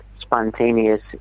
spontaneous